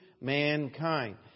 mankind